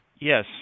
Yes